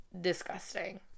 disgusting